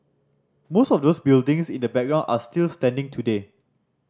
most of those buildings in the background are still standing today